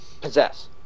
possess